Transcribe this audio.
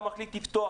אתה מחליט לפתוח,